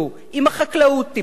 אם החקלאות תיפגע,